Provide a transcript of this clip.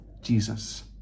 Jesus